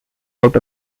out